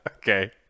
Okay